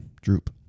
Droop